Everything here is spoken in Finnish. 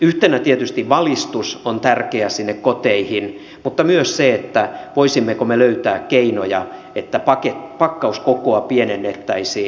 yhtenä tietysti valistus on tärkeää sinne koteihin mutta myös se että voisimmeko me löytää keinoja että pakkauskokoa pienennettäisiin